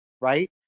right